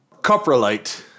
Coprolite